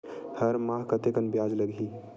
हर माह कतेकन ब्याज लगही?